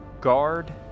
Guard